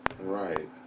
Right